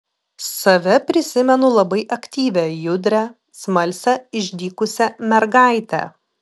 save prisimenu labai aktyvią judrią smalsią išdykusią mergaitę